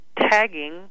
tagging